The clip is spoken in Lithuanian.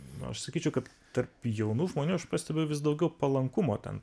nu aš sakyčiau kad tarp jaunų žmonių aš pastebiu vis daugiau palankumo ten